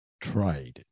trade